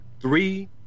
three